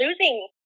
losing